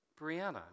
Brianna